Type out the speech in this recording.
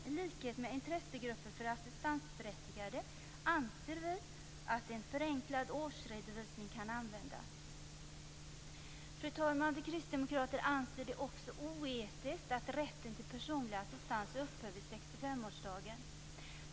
I likhet med Intressegruppen för assistansberättigade anser vi att en förenklad årsredovisning kan användas. Fru talman! Vi kristdemokrater anser det också oetiskt att rätten till personlig assistans upphör vid 65-årsdagen.